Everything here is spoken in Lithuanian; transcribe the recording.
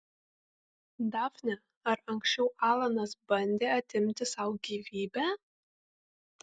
dafne ar anksčiau alanas bandė atimti sau gyvybę